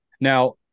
Now